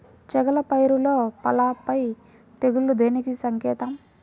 చేగల పైరులో పల్లాపై తెగులు దేనికి సంకేతం?